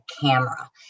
camera